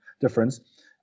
difference